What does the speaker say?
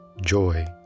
Joy